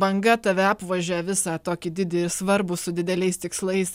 banga tave apvožia visą tokį didį svarbų su dideliais tikslais